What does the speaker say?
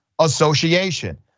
association